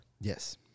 Yes